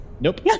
Nope